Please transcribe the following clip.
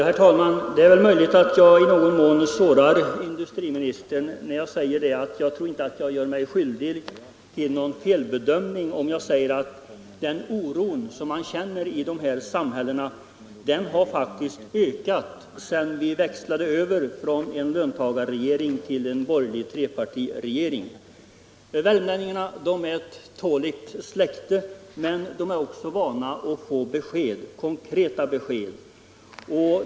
Herr talman! Det är möjligt att jag sårar industriministern nu, men Jag tror inte att jag gör mig skyldig till någon felbedömning när jag säger att den oro som man känner i dessa samhällen faktiskt har ökat sedan vi växlade över från en löntagarregering till en borgerlig trepartiregering. Värmlänningarna är ett tåligt släkte men de är också vana vid att få konkreta besked.